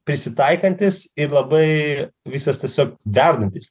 prisitaikantis ir labai visas tiesiog verdantis